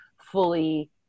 fully